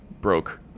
broke